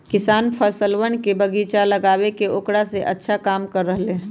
किसान फलवन के बगीचा लगाके औकरा से अच्छा कमा रहले है